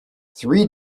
three